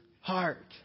heart